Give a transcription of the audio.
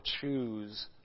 choose